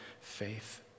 faith